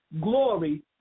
Glory